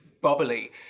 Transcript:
bubbly